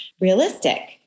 realistic